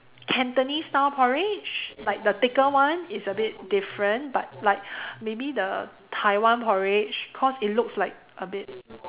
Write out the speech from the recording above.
Cantonese style porridge like the thicker one it's a bit different but like maybe the Taiwan porridge cause it looks like a bit